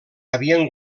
havien